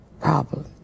problem